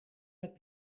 met